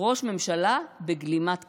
ראש ממשלה בגלימת קיסר.